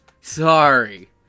sorry